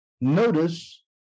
notice